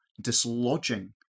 dislodging